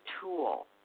tool